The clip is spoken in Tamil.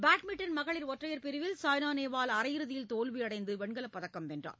பேட்மிண்டன் மகளிர் ஒற்றையர் பிரிவில் சாய்னா நேவால் அரையிறுதியில் தோல்வியடைந்து வெண்கலப்பதக்கம் வென்றார்